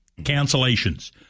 cancellations